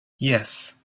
yes